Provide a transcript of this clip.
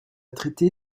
traité